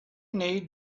need